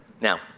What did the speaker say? Now